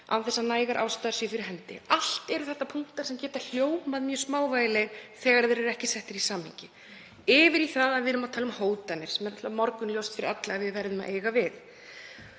án þess að nægar ástæður séu fyrir hendi — allt eru það punktar sem geta virkað mjög smávægilegir þegar þeir eru ekki settir í samhengi — yfir í það að við erum að tala um hótanir sem er morgunljóst fyrir alla að við verðum að eiga við.